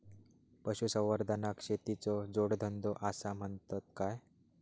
पशुसंवर्धनाक शेतीचो जोडधंदो आसा म्हणतत काय?